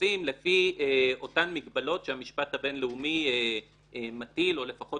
עושים לפי אותן מגבלות שהמשפט הבינלאומי מטיל או לפחות